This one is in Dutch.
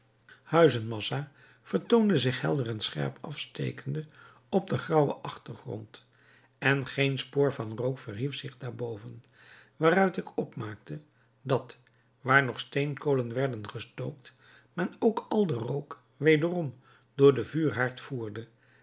huizenmassa vertoonde zich helder en scherp afstekende op den grauwen achtergrond en geen spoor van rook verhief zich daarboven waaruit ik opmaakte dat waar nog steenkolen werden gestookt men ook al den rook wederom door den vuurhaard voerde